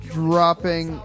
dropping